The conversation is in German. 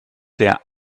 der